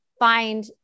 find